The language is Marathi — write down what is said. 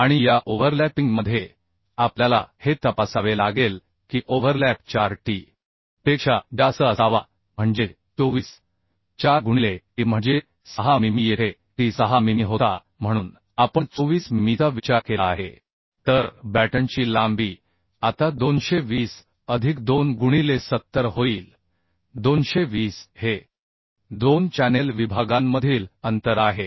आणि या ओव्हरलॅपिंगमध्ये आपल्याला हे तपासावे लागेल की ओव्हरलॅप 4 टी पेक्षा जास्त असावा म्हणजे 24 4 गुणिले t म्हणजे 6 मिमी येथे t 6 मिमी होता म्हणून आपण 24 मिमीचा विचार केला आहे तर बॅटनची लांबी आता 220 अधिक 2 गुणिले 70 होईल 220 हे दोन चॅनेल विभागांमधील अंतर आहे